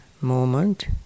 moment